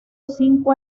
cinco